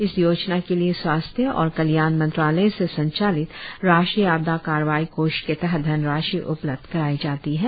इस योजना के लिए स्वास्थ्य और कल्याण मंत्रालय से संचालित राष्ट्रीय आपदा कार्रवाई कोष के तहत धनराशि उपलब्ध करायी जाती है